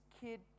kid